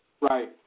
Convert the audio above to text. Right